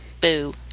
Boo